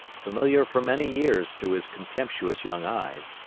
familiar for many years to his contemptuous young eyes,